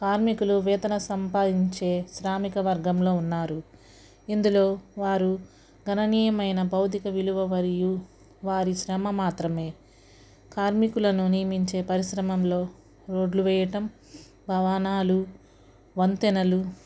కార్మికులు వేతన సంపాదించే శ్రామిక వర్గంలో ఉన్నారు ఇందులో వారు గణనీయమైన భౌతిక విలువ మరియు వారి శ్రమ మాత్రమే కార్మికులను నియమించే పరిశ్రమంలో రోడ్లు వేయటం భవనాలు వంతెనలు